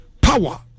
power